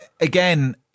again